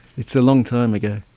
it's a long time ago.